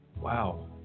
Wow